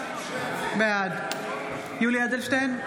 בעד יולי יואל אדלשטיין,